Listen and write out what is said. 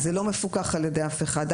זה לא מפוקח על ידי אף אחד.